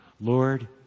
Lord